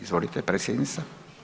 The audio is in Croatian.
Izvolite, predsjednica.